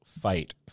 fight